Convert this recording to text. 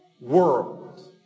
world